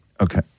okay